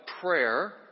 prayer